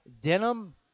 Denim